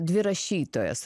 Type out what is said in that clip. dvi rašytojos